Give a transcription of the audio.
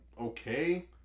okay